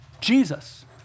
Jesus